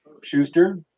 Schuster